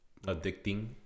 Addicting